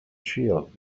shield